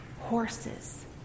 horses